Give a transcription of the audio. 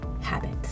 habits